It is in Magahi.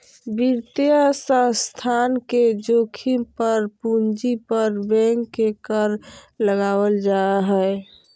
वित्तीय संस्थान के जोखिम पर पूंजी पर बैंक के कर लगावल जा हय